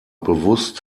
bewusst